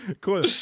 Cool